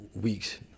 weeks